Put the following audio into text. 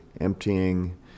emptying